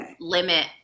limit